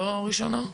לא ראשונה?